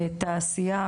לבניין ותעשייה,